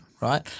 right